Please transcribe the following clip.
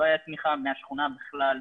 לא הייתה תמיכה מהשכונה בכלל.